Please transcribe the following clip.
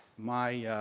my